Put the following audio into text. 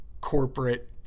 corporate